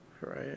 Right